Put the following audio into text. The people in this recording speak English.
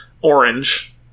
orange